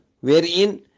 wherein